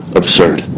absurd